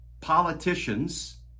politicians